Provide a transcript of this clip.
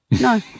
No